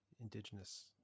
Indigenous